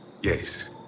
Yes